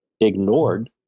ignored